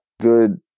good